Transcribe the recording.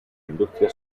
industria